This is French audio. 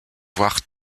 voir